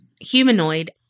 Humanoid